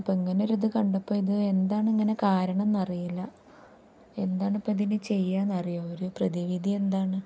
അപ്പം ഇങ്ങനെയൊരു ഇത് കണ്ടപ്പോൾ ഇത് എന്താണ് ഇങ്ങനെ കാരണമെന്നറിയില്ല എന്താണ് ഇപ്പം ഇതിന് ചെയ്യുക എന്നറിയാമോ ഒരു പ്രതിവിധി എന്താണ്